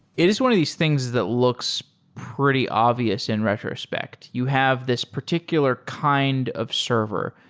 it is one of these things that looks pretty obvious in retrospect. you have this particular kind of server.